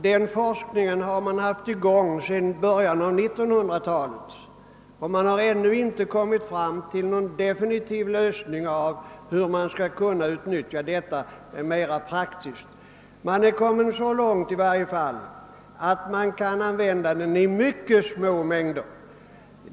Den forskningen har man haft i gång sedan början av 1900-talet och man har ännu inte kommit fram till någon definitiv lösning av hur detta ämne skall kunna utnyttjas mera praktiskt. Man har i varje fall kommit så långt att det kan användas i mycket små mängder.